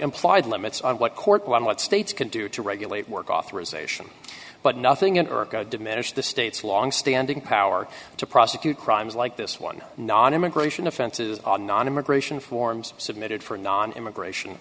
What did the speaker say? implied limits on what court one what states can do to regulate work authorization but nothing in earth diminish the state's longstanding power to prosecute crimes like this one non immigration offenses are non immigration forms submitted for non immigration